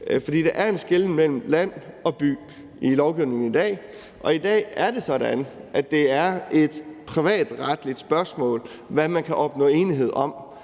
at der er en skelnen mellem land og by i lovgivningen i dag. Og i dag er det sådan, at det er et privatretligt spørgsmål, hvad man kan opnå enighed om,